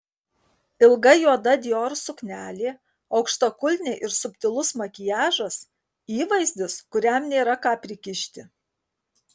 ilga juoda dior suknelė aukštakulniai ir subtilus makiažas įvaizdis kuriam nėra ką prikišti